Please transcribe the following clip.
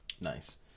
Nice